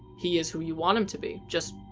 he is who you want him to be. just.